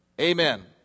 amen